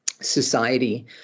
society